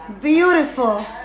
Beautiful